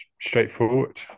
straightforward